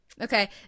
Okay